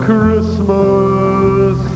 Christmas